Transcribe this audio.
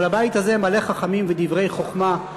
אבל הבית הזה מלא חכמים ודברי חוכמה,